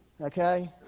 Okay